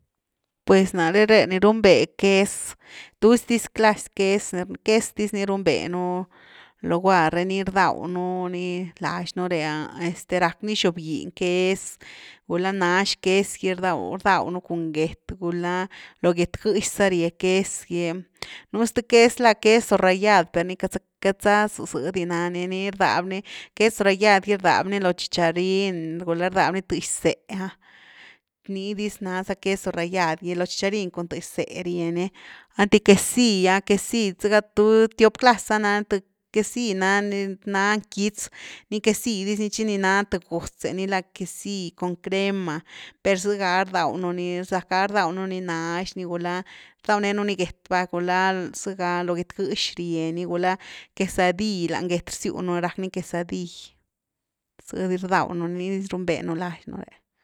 Pues nare re ni runbe ques, tuzy dis clas ques, ques dis ni runbé nú, loguar re, ni rdaw nú ni lax nú re’a este rack ni xob giny ques gula nax ques gy rdaw-rdaw nú cun gé gulá lo get gëxy za rie ques gy, nú sth ques la queso rallad, per ni queity za-queity za za zïdy ná ni, ni rdaby ni, ques rallad gy rdaby lo chicharin gulá rdaby ni tëx zéh, ni dis na za queso rallad gy, lo chicharin cun lo zéh rieni, qinty quesill’a quesill zëga tiop clas za nani, quesill na nina quitz, ni quesill dis ni, tchi ni na th gutz’e ni la queisill cun crema, per zega rdaw nu ni, zack ga rdaw nuni nax ni gula rdaw nenu ni get va, gulá zega lo get gëx rie ni, gula quesadill lany get rziu nú ni rack ni quesadill, zëdis rdaw nuni, ní dis runbe nú lax nú ré.